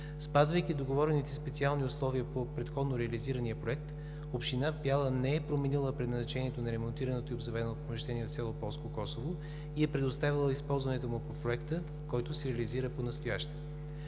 Спазвайки договорените специални условия по предходно реализирания проект, община Бяла не е променила предназначението на ремонтираното и обзаведено помещение в село Полско Косово и е предоставила използването му по Проекта, който се реализира понастоящем.